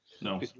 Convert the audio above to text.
No